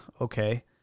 okay